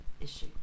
issue